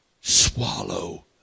swallow